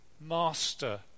master